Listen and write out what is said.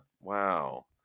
Wow